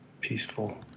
peaceful